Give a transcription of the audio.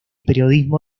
periodismo